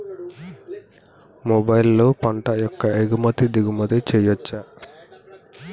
మొబైల్లో పంట యొక్క ఎగుమతి దిగుమతి చెయ్యచ్చా?